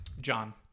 John